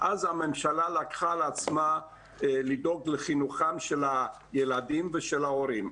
אז הממשלה לקחה על עצמה לדאוג לחינוכם של הילדים ושל ההורים.